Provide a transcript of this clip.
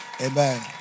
Amen